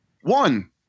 one